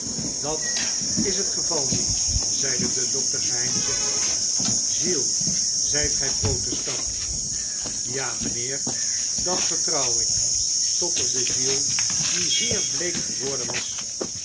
dat is het geval niet zeide de dokter geheimzinnig giles zijt gij protestant ja mijnheer dat vertrouw ik stotterde giles die zeer bleek geworden was